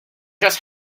just